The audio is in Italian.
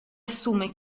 assume